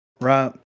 right